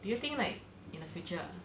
do you think like in the future